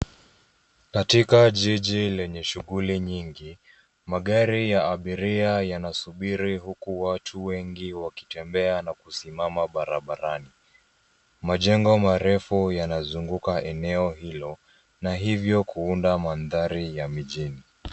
Katika jiji lenye shughuli nyingi, magari ya abiria yanasubiri huku watu wengi wakitembea na kusimama barabarani. Majengo marefu yanazunguka eneo hilo na hivyo kuunda mandhari ya mijini.